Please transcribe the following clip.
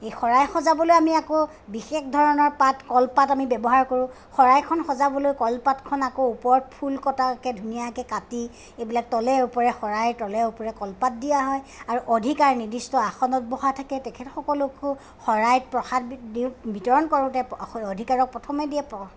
এই শৰাই সজাবলৈ আমি আকৌ বিশেষ ধৰণৰ পাত কলপাত আমি ব্যৱহাৰ কৰোঁ শৰাইখন সজাবলৈ কলপাতখন আকৌ ওপৰত ফুল কটাকে ধুনীয়াকে কাটি এইবিলাক তলে ওপৰে শৰাই তলে ওপৰে কলপাত দিয়া হয় আৰু অধিকাৰ নিৰ্দিষ্ট আসনত বহা থাকে তেখেতসকলকো শৰাইত প্ৰসাদ বিতৰণ কৰোঁতে অধিকাৰক প্ৰথমে দিয়ে প্ৰসাদ